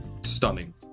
stunning